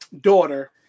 daughter